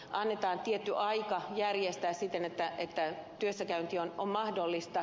annetaan tietty aika järjestää siten että työssäkäynti on mahdollista